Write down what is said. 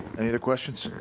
any other questions?